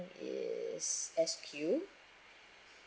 is S_Q